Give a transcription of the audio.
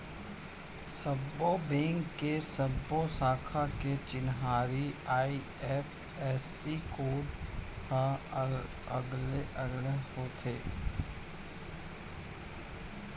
सब्बो बेंक के सब्बो साखा के चिन्हारी आई.एफ.एस.सी कोड ह अलगे अलगे होथे